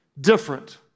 different